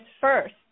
first